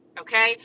okay